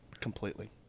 completely